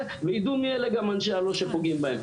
וידעו מי אלו גם אנשי הלא שפוגעים בהם.